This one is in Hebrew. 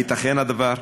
הייתכן הדבר?